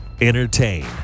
Entertain